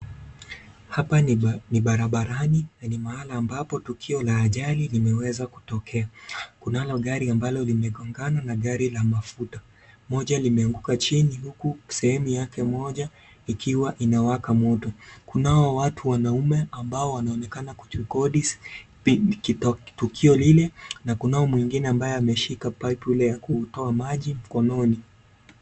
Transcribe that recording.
Hapa ni barabarani na ni mahala ambapo tukio la ajali limewezakutokea. Kunalo gari ambalo limegongana na gari la mafuta. Moja limeanguka chini huku sehemu yake moja ikiwa imewaka moto. Kunao watu wanaume ambao wanaonekana kurekodi tukio lile na kuna mwingine ambaye ameshika paipu ile ya kutoa maji mkononi.